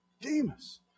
Demas